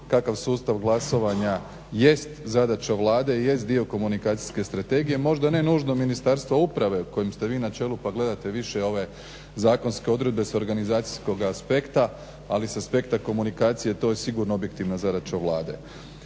kakav sustav glasovanja jest zadaća Vlade, i jest dio komunikacijske strategije, možda ne nužno Ministarstva uprave kojem ste vi na čelu pa gledate više ove zakonske odredbe s organizacijskog aspekta, ali s aspekta komunikacije to je sigurno objektivna zadaća Vlade.